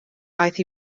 aeth